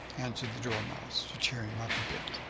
answered the dormouse to cheer him up a bit,